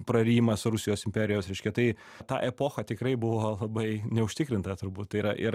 prarijimas rusijos imperijos reiškia tai ta epocha tikrai buvo labai neužtikrinta turbūt tai yra ir